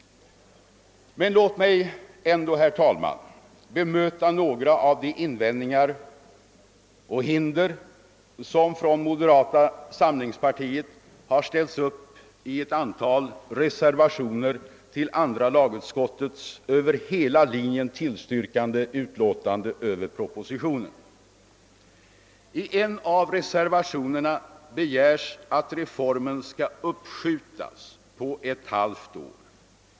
Men låt mig ändå, herr talman, bemöta några av de invändningar och hinder som från moderata samlingspartiet har ställts upp i ett antal reservationer till andra lagutskottets över hela linjen tillstyrkande utlåtande över propositionen. I en av reservationerna begärs att reformen skall uppskjutas på ett halvt år.